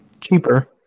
cheaper